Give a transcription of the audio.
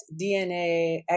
DNA